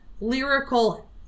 lyrical